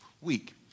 week